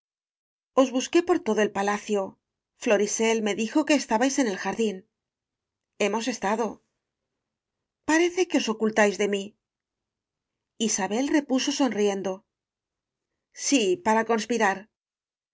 os busqué por todo el palacio florisel me dijo que estábais en el jardín hemos estado parece que os ocultáis de mí isabel repuso sonriendo sí para conspirar